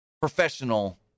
professional